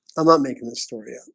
i'm not making this story ah